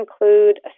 include